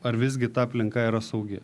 ar visgi ta aplinka yra saugi